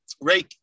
Ray